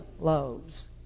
loaves